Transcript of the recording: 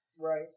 Right